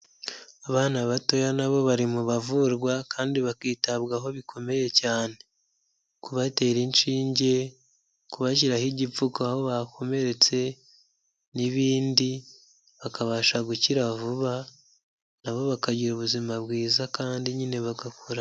Abana batoya nabo bari mu bavurwa kandi bakitabwaho bikomeye cyane . Kubatera inshinge, kubashyiraho igipfuko aho bakomeretse ,n'ibindi. Bakabasha gukira vuba nabo bakagira ubuzima bwiza kandi nyine bakabuhorana.